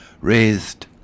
raised